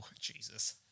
Jesus